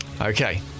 Okay